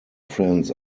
friends